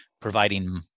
providing